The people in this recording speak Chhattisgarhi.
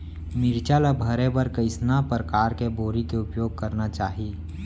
मिरचा ला भरे बर कइसना परकार के बोरी के उपयोग करना चाही?